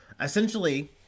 essentially